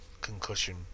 concussion